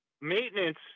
maintenance